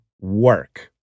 work